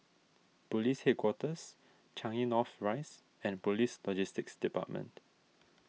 Police Headquarters Changi North Rise and Police Logistics Department